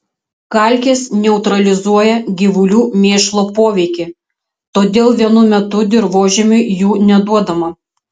kalkės neutralizuoja gyvulių mėšlo poveikį todėl vienu metu dirvožemiui jų neduodama